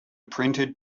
printed